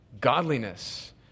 godliness